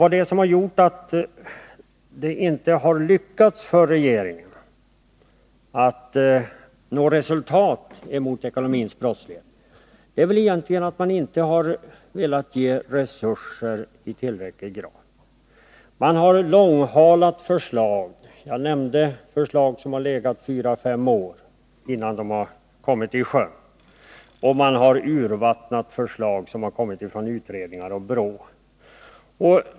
Vad som gjort att regeringen inte har lyckats nå resultat i kampen mot ekonomisk brottslighet är att man egentligen inte har velat ge tillräckliga resurser för detta. Man har långhalat förslag. Jag nämnde tidigare att förslag har kunnat ligga fyra fem år innan de ”kommit i sjön”. Man har vidare urvattnat förslag från utredningar och från BRÅ.